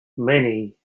many